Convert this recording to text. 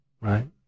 right